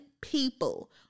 people